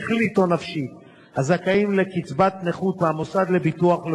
שכלית או נפשית הזכאים לקצבת נכות מהמוסד לביטוח לאומי,